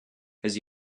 his